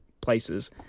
places